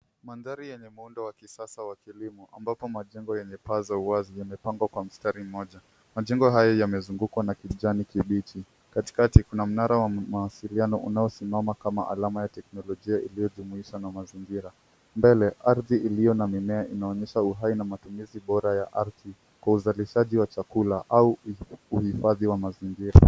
Mandhari yenye muundo wa kisasa wa kilimo ambapo majengo yenye paa za wazi yamepagwa kwa mstari mmoja. Majengo haya yamezugukwa na kijani kibichi katikati kuna mnara wa mawasiliano unaosimama kama alama ya teknolojia iliyojumisha na mazigira. Mbele arghi iliyo na mimea inaonyesha uhai na matumizi bora ya ardhi kwa uzalishaji wa chakula au uhifadhi wa mazingira.